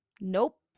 nope